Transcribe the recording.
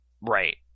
Right